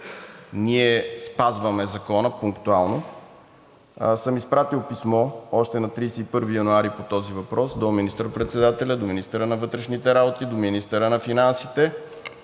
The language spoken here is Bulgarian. ние спазваме закона пунктуално, съм изпратил писмо още на 31 януари по този въпрос до министър-председателя, до министъра на вътрешните работи, до министъра на финансите